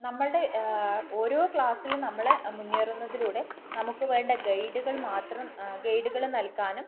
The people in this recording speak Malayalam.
നമ്മളുടെ ഓരോ ക്ലാസ്സിൽ നമ്മൾ മുന്നേറുന്നതിലൂടെ നമുക്ക് വേണ്ട ഗൈഡുകൾ മാത്രം ഗൈഡുകൾ നൽകാനും